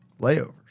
layovers